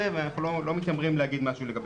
ואנחנו לא מתיימרים להגיד משהו לגביה.